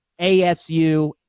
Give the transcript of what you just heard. ASU